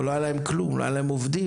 לא היה להם כלום; לא היו להם עובדים.